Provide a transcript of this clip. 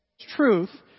truth